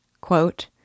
Quote